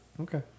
Okay